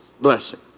blessing